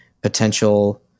potential